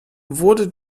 wurde